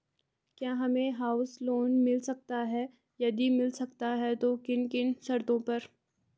क्या हमें house loan मिल सकता है यदि मिल सकता है तो किन किन शर्तों पर?